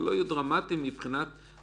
אבל הם לא יהיו דרמטיים מבחינת ההתארגנות,